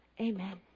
Amen